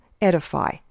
edify